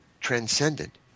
transcendent